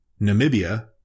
Namibia